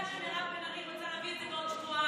כי אני יודעת שמירב בן ארי רוצה להביא את זה בעוד שבועיים,